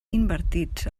invertits